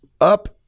up